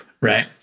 right